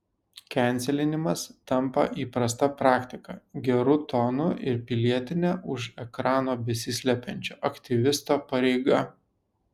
kenselinimas tampa įprasta praktika geru tonu ir pilietine už ekrano besislepiančio aktyvisto pareiga